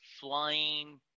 flying